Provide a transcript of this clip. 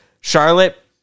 Charlotte